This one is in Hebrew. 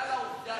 שבגלל העובדה